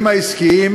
הגיור.